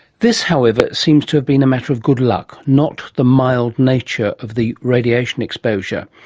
this, however, seemed to have been a matter of good luck, not the mild nature of the radiation exposure,